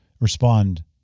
respond